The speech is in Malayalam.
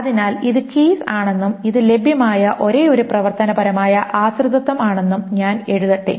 അതിനാൽ ഇത് കീസ് ആണെന്നും ഇത് ലഭ്യമായ ഒരേയൊരു പ്രവർത്തനപരമായ ആശ്രിതത്വം ആണെന്നും ഞാൻ എഴുതട്ടെ